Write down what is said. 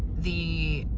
the